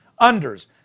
Unders